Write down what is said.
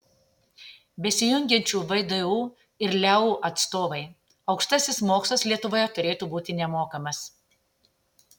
besijungiančių vdu ir leu atstovai aukštasis mokslas lietuvoje turėtų būti nemokamas